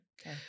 Okay